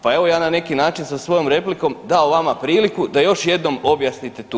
Pa evo ja na neki način sa svojom replikom dao vama priliku da još jednom objasnite tu tezu.